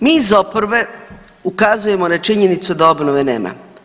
Mi iz oporbe ukazujemo na činjenicu da obnove nema.